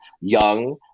young